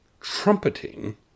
trumpeting